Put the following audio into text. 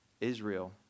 Israel